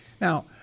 Now